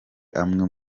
amwe